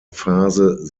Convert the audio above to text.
phase